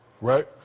right